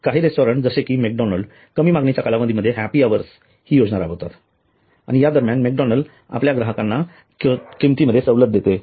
काही रेस्टॉरंट्स जसे कि मॅकडोनाल्ड कमी मागणीच्या कालावधीमध्ये हैप्पी अवर्स हि योजना राबवितात आणि या दरम्यान मॅकडोनाल्ड आपल्या ग्राहकांना किमतीमध्ये सवलत देते